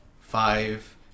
Five